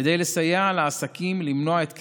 כדי לסייע לעסקים למנוע את קריסתם.